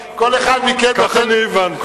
כך אני הבנתי.